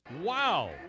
Wow